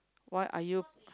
why are you